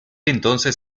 entonces